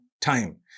time